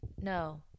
no